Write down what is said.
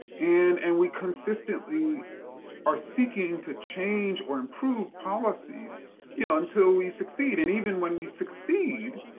and and we consistently are seeking to change or improve policies you know until we succeed. and even when we succeed,